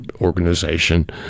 organization